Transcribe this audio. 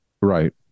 Right